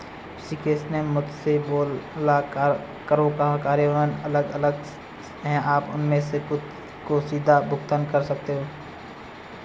ऋषिकेश ने मुझसे बोला करों का कार्यान्वयन अलग अलग है आप उनमें से कुछ को सीधे भुगतान करते हैं